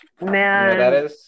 Man